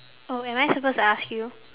oh am I supposed to ask you